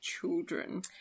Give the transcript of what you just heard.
children